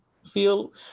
feel